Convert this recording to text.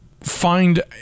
find